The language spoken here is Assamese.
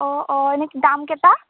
অঁ অঁ এনেই দাম কেইটা